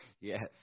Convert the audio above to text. Yes